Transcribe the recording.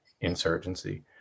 insurgency